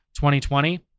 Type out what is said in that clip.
2020